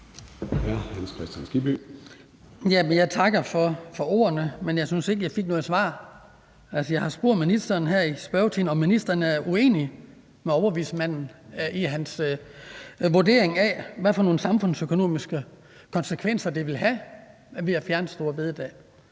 Jeg takker for ordene, men jeg synes ikke, jeg fik noget svar. Jeg har spurgt ministeren her i spørgetiden, om ministeren er uenig med overvismanden i hans vurdering af, hvad for nogle samfundsøkonomiske konsekvenser det vil have at fjerne store bededag.